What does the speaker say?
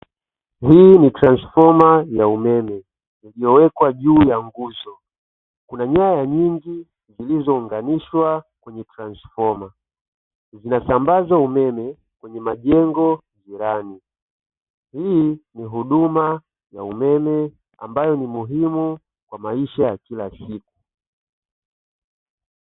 Hii ni transfoma ya umeme iliyowekwa juu ya nguzo, kuna nyaya nyingi zilizounganishwa kwenye transfoma zinasambaza umeme kwenye majengo jirani. Hii ni huduma ya umeme ambayo ni muhimu kwa maisha ya kila siku.